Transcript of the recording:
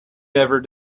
never